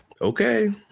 Okay